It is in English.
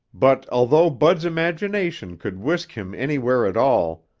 but although bud's imagination could whisk him anywhere at all,